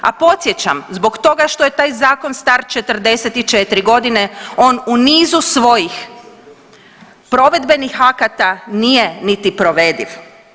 A podsjećam zbog toga što je taj zakon star 44 godine on u nizu svojih provedbenih akata nije niti provediv.